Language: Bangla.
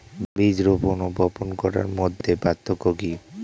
বীজ রোপন ও বপন করার মধ্যে পার্থক্য কি?